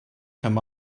came